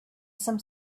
some